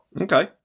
Okay